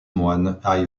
moines